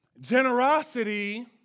Generosity